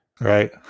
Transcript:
Right